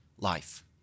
Life